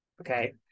Okay